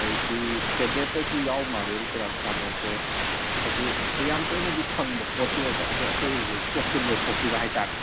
ꯑꯗꯨꯗꯩꯗꯤ ꯇꯦꯕ꯭ꯂꯦꯠꯇꯁꯨ ꯌꯥꯎꯕ ꯃꯥꯜꯂꯦ ꯄꯦꯔꯥꯁꯤꯇꯥꯃꯣꯜꯁꯦ ꯑꯁꯤ ꯌꯥꯝ ꯇꯣꯏꯅꯗꯤ ꯐꯪꯕ ꯄꯣꯠꯇꯤ ꯑꯣꯏꯕ ꯑꯗꯣ ꯑꯩꯈꯣꯏꯒꯤꯁꯦ ꯏꯁꯇꯣꯛꯁꯦ ꯂꯣꯏꯊꯣꯛꯈꯤꯕ ꯍꯥꯏꯕ ꯇꯥꯔꯦ